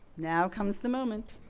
now comes the moment.